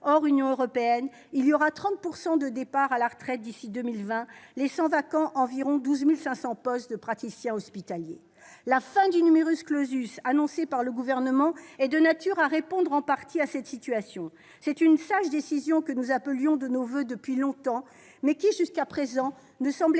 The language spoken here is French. hors Union européenne, 30 % de départs à la retraite interviendront à partir de 2020, laissant vacants environ 12 500 postes de praticiens hospitaliers. La fin du annoncée par le Gouvernement est de nature à répondre en partie à cette situation. C'est une sage décision que nous appelions de nos voeux depuis longtemps, mais qui, jusqu'à présent, ne semblait